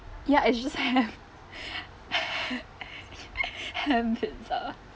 ya it's just ham ham ham pizza